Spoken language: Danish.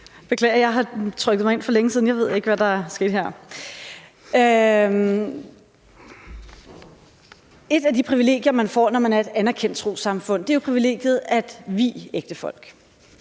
jeg har trykket mig ind for længe siden. Jeg ved ikke, hvad der er sket her. Et af de privilegier, man får, når man er et anerkendt trossamfund, er jo privilegiet at kunne vie ægtefolk.